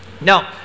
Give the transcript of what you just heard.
Now